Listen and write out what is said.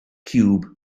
ciwb